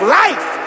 life